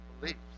beliefs